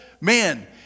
man